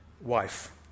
Wife